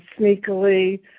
sneakily